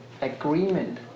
agreement